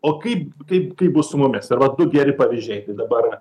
o kaip kaip kaip bus su mumis ir va du geri pavyzdžiai tai dabar